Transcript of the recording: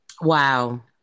wow